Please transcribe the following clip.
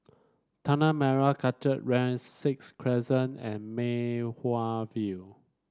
Tanah Merah Kechil Ran Sixth Crescent and Mei Hwan View